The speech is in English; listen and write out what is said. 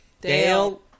Dale